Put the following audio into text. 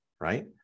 right